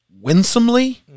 winsomely